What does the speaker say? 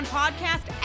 podcast